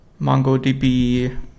MongoDB